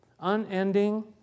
Unending